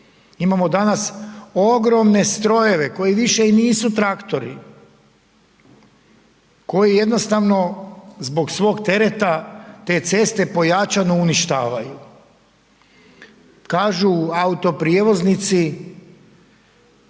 Imamo danas ogromne strojeve koji više i nisu traktori, koji jednostavno zbog svog tereta te ceste pojačano uništavaju. Kažu autoprijevoznici,